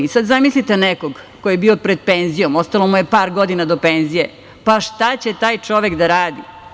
Sada zamislite nekog ko je bio pred penzijom, ostalo mu je par godina do penzije, pa šta će taj čovek da radi?